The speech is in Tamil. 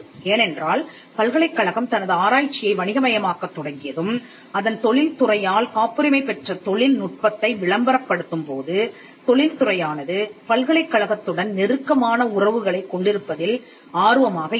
ஏனென்றால் பல்கலைக்கழகம் தனது ஆராய்ச்சியை வணிக மயமாக்கத் தொடங்கியதும் அதன் தொழில் துறையால் காப்புரிமை பெற்ற தொழில்நுட்பத்தை விளம்பரப்படுத்தும் போது தொழில்துறையானது பல்கலைக்கழகத்துடன் நெருக்கமான உறவுகளைக் கொண்டிருப்பதில் ஆர்வமாக இருக்கும்